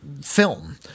film